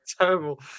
Terrible